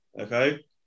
Okay